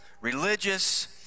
religious